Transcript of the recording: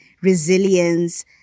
resilience